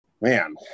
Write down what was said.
man